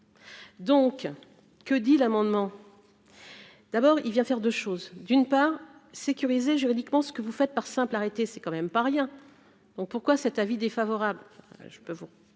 Donc, que dit l'amendement d'abord, il vient faire 2 choses : d'une part sécuriser juridiquement ce que vous faites, par simple arrêté, c'est quand même pas rien, donc pourquoi cet avis défavorable, je peux vous